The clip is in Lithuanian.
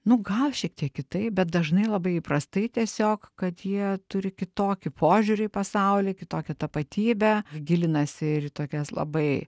nu gal šiek tiek kitaip bet dažnai labai įprastai tiesiog kad jie turi kitokį požiūrį į pasaulį kitokią tapatybę gilinasi ir į tokias labai